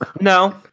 No